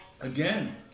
Again